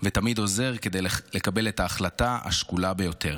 ותמיד עוזר כדי לקבל את ההחלטה השקולה ביותר.